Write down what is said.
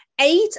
eight